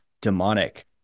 demonic